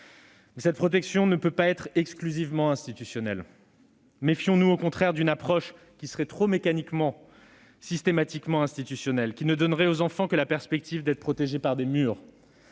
cette protection ne peut pas être exclusivement institutionnelle. Méfions-nous au contraire d'une approche trop mécaniquement et systématiquement institutionnelle, qui ne donnerait aux enfants que la perspective d'être protégés par des murs.